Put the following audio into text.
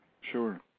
Sure